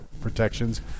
protections